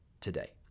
today